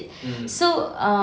so um